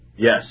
Yes